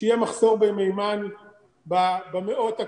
שיהיה מחסור במימן במאות הקרובות,